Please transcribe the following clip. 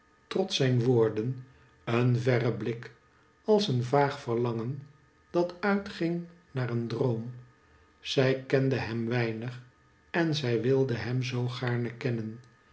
trots zijn woorden een verre blik als een vaag verlangen dat uitging naar een droom zij kende hem weinig en zij wilde hem zoo gaarne kennen